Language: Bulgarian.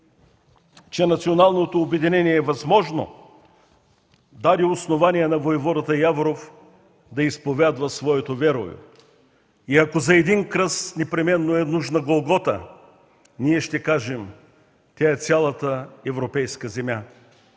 че националното обединение е възможно, даде основание на войводата Яворов да изповядва своето верую: „И ако за един кръст непременно е нужна една Голгота, ние ще кажем: тя е цялата европейска земя.